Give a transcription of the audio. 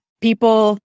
people